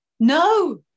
No